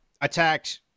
attacked